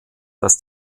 dass